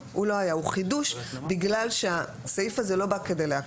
הוא חידוש בגלל שהסעיף הזה לא בא כדי להקשות,